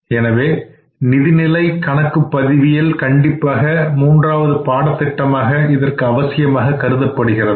எனவே நிதிநிலை கணக்குப்பதிவியல் கண்டிப்பாக மூன்றாவது பாடத்திட்டமாக இதற்கு அவசியமானதாக கருதப்படுகிறது